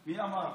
עוודה?